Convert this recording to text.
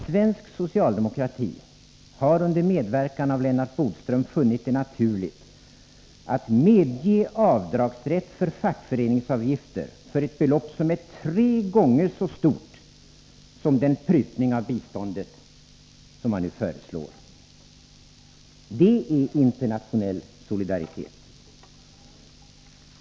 Svensk socialdemokrati har under medverkan av Lennart Bodström funnit det naturligt att medge avdragsrätt för fackföreningsavgifter för ett belopp som är tre gånger så stort som den prutning av biståndet som regeringen nu föreslår. Det är internationell solidaritet!